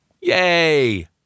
Yay